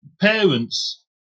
parents